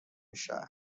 شهر